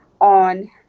on